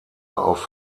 auf